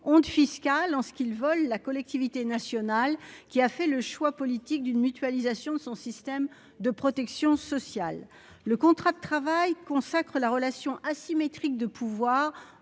honte fiscale en ce qu'ils vole la collectivité nationale, qui a fait le choix politique d'une mutualisation, son système de protection sociale, le contrat de travail consacrent la relation asymétrique de pouvoir